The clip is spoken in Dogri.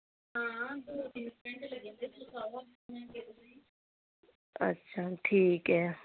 अच्छा ठीक ऐ